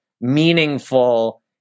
meaningful